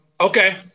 Okay